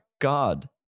God